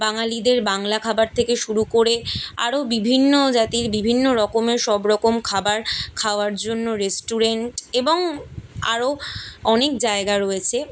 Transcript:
বাঙালিদের বাংলা খাবার থেকে শুরু করে আরো বিভিন্ন জাতির বিভিন্ন রকমের সব রকম খাবার খাওয়ার জন্য রেস্টুরেন্ট এবং আরো অনেক জায়গা রয়েছে